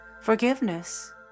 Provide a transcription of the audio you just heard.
Forgiveness